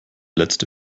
letzte